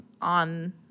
on